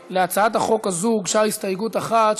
להצעת חוק זו הוגשה הסתייגות אחת,